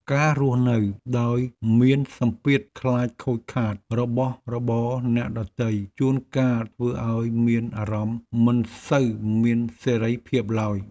ការរស់នៅដោយមានសម្ពាធខ្លាចខូចខាតរបស់របរអ្នកដទៃជួនកាលធ្វើឱ្យមានអារម្មណ៍មិនសូវមានសេរីភាពឡើយ។